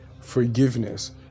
forgiveness